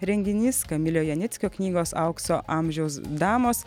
renginys kamilio janickio knygos aukso amžiaus damos